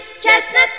chestnuts